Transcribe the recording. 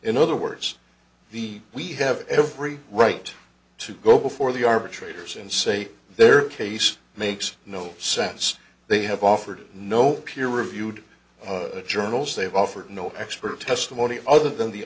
in other words the we have every right to go before the arbitrators and say their case makes no sense they have offered no peer reviewed journals they've offered no expert testimony other than the